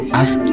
ask